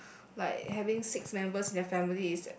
like having six members in your family is